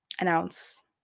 announce